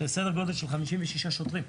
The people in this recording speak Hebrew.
שזה סדר גודל של 56 שוטרים.